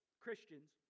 Christians